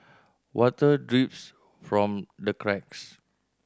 water drips from the cracks